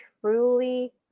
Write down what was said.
truly